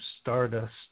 stardust